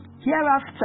Hereafter